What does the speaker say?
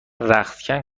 رختکن